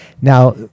Now